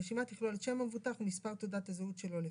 הרשימה תכלול את שם המבוטח ומספר תעודת הזהות שלו לפחות.